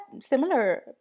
similar